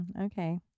Okay